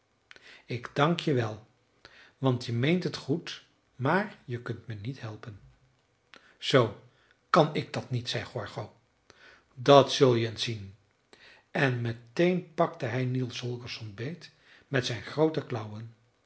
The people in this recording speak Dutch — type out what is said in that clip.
ik dank je wel want je meent het goed maar je kunt me niet helpen zoo kan ik dat niet zei gorgo dat zul je eens zien en meteen pakte hij niels holgersson beet met zijn groote